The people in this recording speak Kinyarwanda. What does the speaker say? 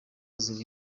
ziri